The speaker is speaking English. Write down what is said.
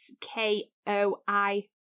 K-O-I